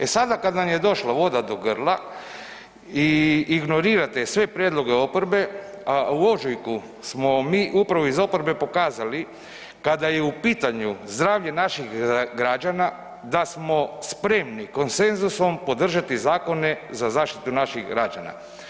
E sada kad vam je došla voda do grla i ignorirate sve prijedloge oporbe, a u ožujku smo mi upravo iz oporbe pokazali kada je u pitanje zdravlje naših građana da smo spremni konsenzusom podržati zakone za zaštitu naših građana.